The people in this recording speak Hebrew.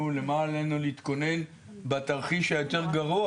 או למה עלינו להתכונן בתרחיש היותר גרוע,